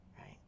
right